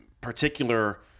particular